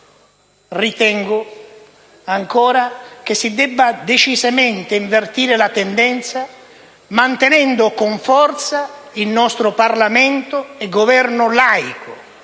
Ritengo ancora che si debba decisamente invertire la tendenza, mantenendo con forza il nostro Parlamento e il Governo laico,